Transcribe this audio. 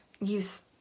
youth